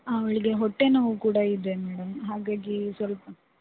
ಅವಳಿಗೆ ಹೊಟ್ಟೆನೋವು ಕೂಡ ಇದೆ ಮೇಡಮ್ ಹಾಗಾಗಿ ಸ್ವಲ್ಪ